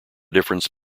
difference